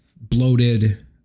bloated